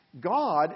God